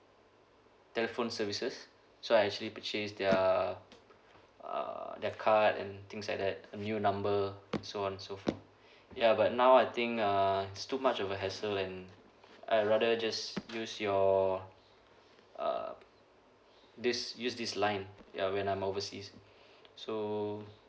telephone services so I actually purchase their uh their card and things like that a new number so on so forth ya but now I think uh it's too much of a hassle and I rather just use your uh this use this line ya when I'm overseas so